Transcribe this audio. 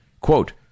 Quote